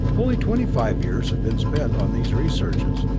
only twenty-five years have been spent on these researches,